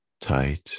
Tight